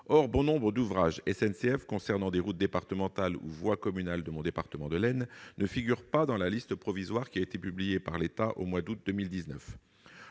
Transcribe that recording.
Or bon nombre d'ouvrages SNCF affectant des routes départementales ou voies communales de mon département, l'Aisne, ne figurent pas dans la liste provisoire qui a été publiée par l'État au mois d'août